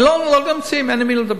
הם לא נמצאים, אין עם מי לדבר,